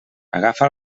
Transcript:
agafa